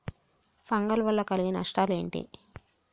Fungal వల్ల కలిగే నష్టలేంటి?